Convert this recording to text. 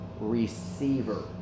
receiver